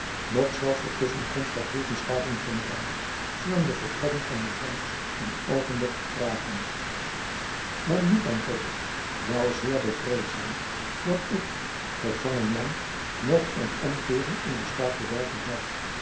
noch zelfs de tusschenkomst der heeren staten-generaal zullen de voltrekking van uw vonnis een oogenblik vertragen men moet dan toch wel zeer bevreesd zijn dat ik gevangen man nog een omkeering in den staat bewerken zal